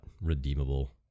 redeemable